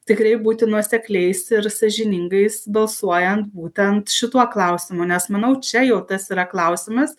tikrai būti nuosekliais ir sąžiningais balsuojant būtent šituo klausimu nes manau čia jau tas yra klausimas